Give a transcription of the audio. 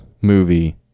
movie